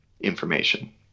information